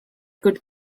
could